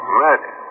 murder